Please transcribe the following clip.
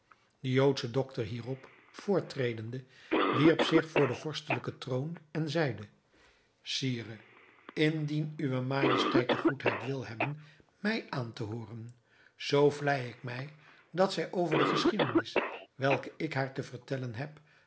de joodsche doctor hierop voortredende wierp zich voor den vorstelijken troon en zeide sire indien uwe majesteit de goedheid wil hebben mij aan te hooren zoo vlei ik mij dat zij over de geschiedenis welke ik haar te vertellen heb